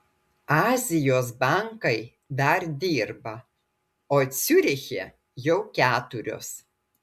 azijos bankai dar dirba o ciuriche jau keturios